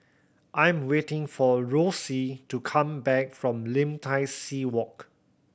I'm waiting for Rossie to come back from Lim Tai See Walk